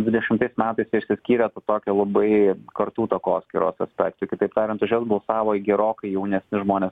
dvidešimtais metais išsiskyrė su tokia labai kartų takoskyros aspektu kitaip tariant už jas balsavo gerokai jaunesni žmonės